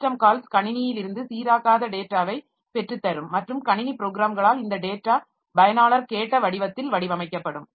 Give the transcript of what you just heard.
system calls கணினியிலிருந்து சீராக்காத டேட்டாவை பெற்றுத்தரும் மற்றும் கணினி ப்ரோக்ராம்களால் இந்த டேட்டா பயனாளர் கேட்ட வடிவத்தில் வடிவமைக்கப்படும்